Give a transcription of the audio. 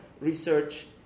research